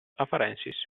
afarensis